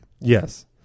Yes